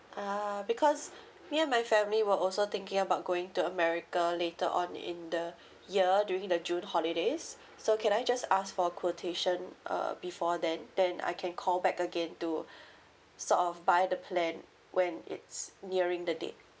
uh because me and my family were also thinking about going to america later on in the year during the june holidays so can I just ask for quotation uh before then then I can call back again to sort of buy the plan when it's nearing the date